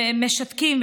משתקים,